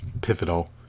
pivotal